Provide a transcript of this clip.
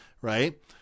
Right